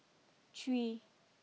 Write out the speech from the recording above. three